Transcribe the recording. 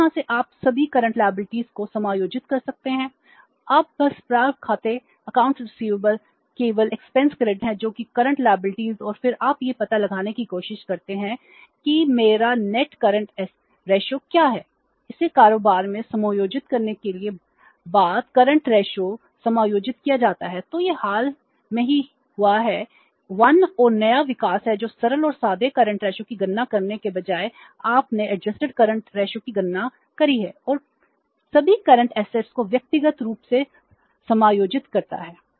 इसी तरह आप सभी करंट लायबिलिटीज को व्यक्तिगत रूप से समायोजित करता है